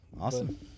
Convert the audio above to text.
Awesome